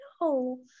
no